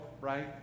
right